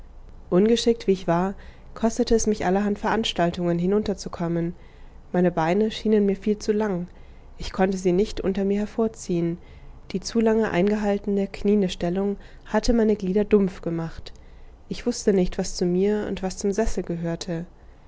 ungeschickt wie ich war kostete es mich allerhand veranstaltungen hinunterzukommen meine beine schienen mir viel zu lang ich konnte sie nicht unter mir hervorziehen die zu lange ein gehaltene knieende stellung hatte meine glieder dumpf gemacht ich wußte nicht was zu mir und was zum sessel gehörte